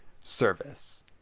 service